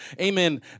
amen